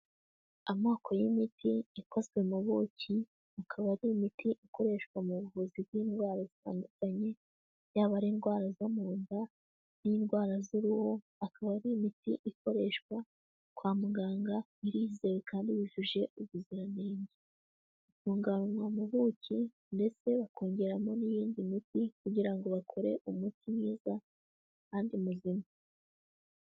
Amoko y'imiti ikozwe mu buki, akaba ari imiti ikoreshwa mu buvuzi bw'indwara zitandukanye, yaba indwara zo mu nda n'indwara z'uruhu, akaba ari imiti ikoreshwa kwa muganga irizewe kandi yujuje ubuziranenge, itunganywa mu buki ndetse bakongeramo n'iyindi miti kugira ngo bakore umuti mwiza kandi muzima.